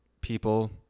people